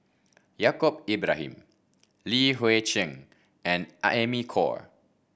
Yaacob Ibrahim Li Hui Cheng and Amy Khor